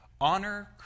honor